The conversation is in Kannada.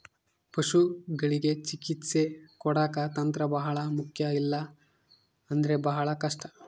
ಪಶುಗಳಿಗೆ ಚಿಕಿತ್ಸೆ ಕೊಡಾಕ ತಂತ್ರ ಬಹಳ ಮುಖ್ಯ ಇಲ್ಲ ಅಂದ್ರೆ ಬಹಳ ಕಷ್ಟ